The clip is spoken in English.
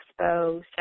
expo